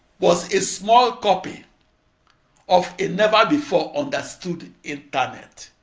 was a small copy of a never-before-understood internet,